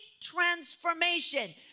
transformation